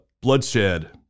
Bloodshed